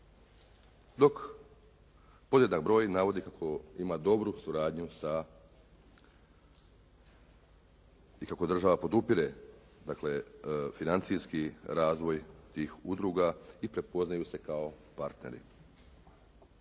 Dok podjednak broj navodi kako ima dobru suradnju sa, i kako država podupire dakle financijski razvoj tih udruga i prepoznaju se kao partneri.